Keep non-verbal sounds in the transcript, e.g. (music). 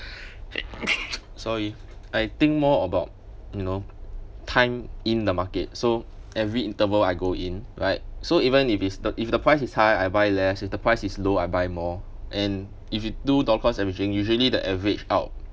(noise) sorry I think more about you know time in the market so every interval I go in like so even if it's the if the price is high I buy less if the price is low I buy more and if you do dollar cost averaging usually the average out